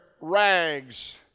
rags